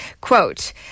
quote